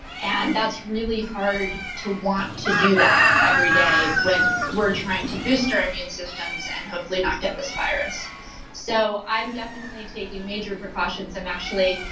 and that's really hard to want to do that every day when we're trying to boost our immune systems and hopefully not get this virus so i'm definitely taking major precautions. i'm actually,